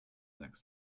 next